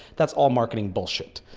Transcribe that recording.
that's all marketing bullshit.